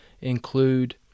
include